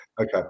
Okay